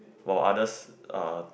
while others uh